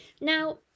Now